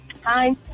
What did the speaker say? Hi